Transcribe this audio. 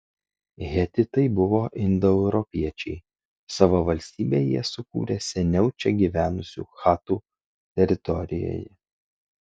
hetitai buvo indoeuropiečiai savo valstybę jie sukūrė seniau čia gyvenusių chatų teritorijoje